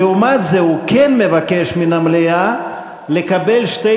ולעומת זה הוא כן מבקש מן המליאה לקבל שתי